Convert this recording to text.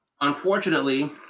unfortunately